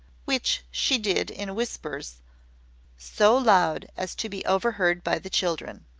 which she did in whispers so loud as to be overheard by the children.